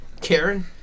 Karen